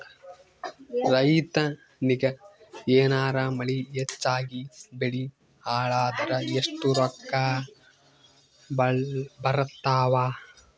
ರೈತನಿಗ ಏನಾರ ಮಳಿ ಹೆಚ್ಚಾಗಿಬೆಳಿ ಹಾಳಾದರ ಎಷ್ಟುರೊಕ್ಕಾ ಬರತ್ತಾವ?